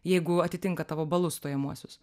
jeigu atitinka tavo balus stojamuosius